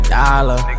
dollar